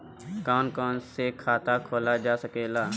कौन कौन से खाता खोला जा सके ला?